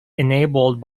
enabled